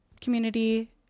community